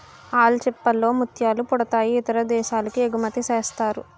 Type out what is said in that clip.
ఆల్చిచిప్పల్ లో ముత్యాలు పుడతాయి ఇతర దేశాలకి ఎగుమతిసేస్తారు